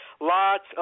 lots